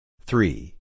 Three